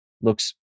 looks